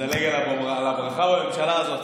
נדלג על הברכה בממשלה הזאת.